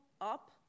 up